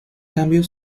cambio